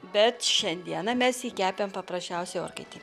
bet šiandieną mes jį kepėm paprasčiausioj orkaitėj